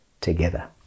together